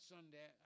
Sunday